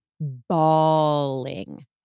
bawling